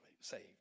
saved